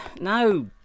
No